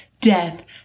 Death